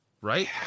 Right